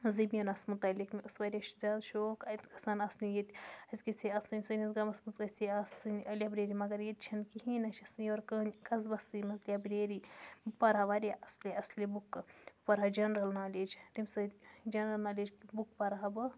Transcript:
زٔمیٖنَس متعلق مےٚ اوس واریاہ زیادٕ شوق اَتہِ گژھن آسنہِ ییٚتہِ اَسہِ گژھِ ہے آسٕنۍ سٲنِس گامَس منٛز گژھِ ہے آسٕنۍ لیبرٔری مگر ییٚتہِ چھَنہٕ کِہیٖنۍ أسۍ چھِ یَژھان یورٕ قصبَسٕے منٛز لیبرٔری بہٕ پَرٕ ہا واریاہ اَصلہِ اَصلہِ بُکہٕ بہٕ پَرٕ ہا جَنرَل نالیج تمہِ سۭتۍ جَنرَل نالیج بُک پَرٕ ہا بہٕ